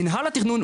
מנהל התכנון,